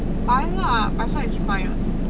白啦白色 is fine [what]